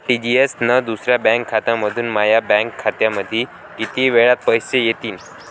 RTGS न दुसऱ्या बँकेमंधून माया बँक खात्यामंधी कितीक वेळातं पैसे येतीनं?